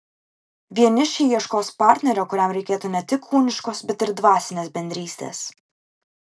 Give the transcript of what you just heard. vienišiai ieškos partnerio kuriam reikėtų ne tik kūniškos bet ir dvasinės bendrystės